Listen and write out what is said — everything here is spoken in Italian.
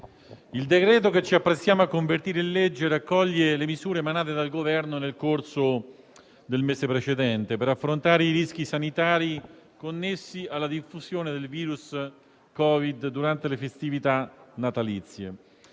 il decreto-legge che ci apprestiamo a convertire in legge raccoglie le misure emanate dal Governo nel corso del mese precedente per affrontare i rischi sanitari connessi alla diffusione del virus Covid durante le festività natalizie.